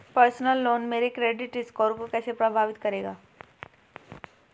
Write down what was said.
Personal loan मेरे credit score को कैसे प्रभावित करेगा?